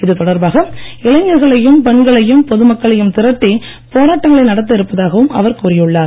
இதுதொடர்பாக இளைஞர்களையும் பெண்களையும் பொதுமக்களையும் திரட்டி போராட்டங்களை நடத்த இருப்பதாகவும் அவர் கூறியுள்ளார்